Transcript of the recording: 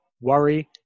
worry